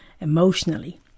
emotionally